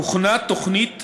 הוכנה תוכנית